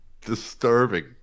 Disturbing